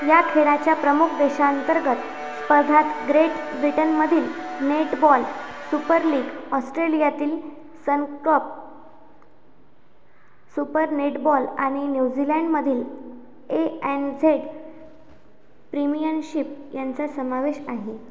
या खेळाच्या प्रमुख देशांंतर्गत स्पर्धात ग्रेट ब्रिटनमधील नेटबॉल सुपर लीग ऑस्ट्रेलियातील सनक्रॉप सुपर नेटबॉल आणि न्यूझीलँडमधील ए एन झेड प्रीमियनशिप यांचा समावेश आहे